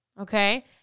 okay